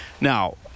Now